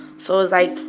so it's like,